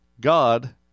God